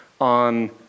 on